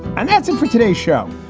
and that's it for today show,